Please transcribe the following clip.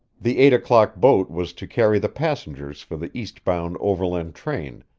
the eight-o'clock boat was to carry the passengers for the east-bound overland train,